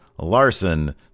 Larson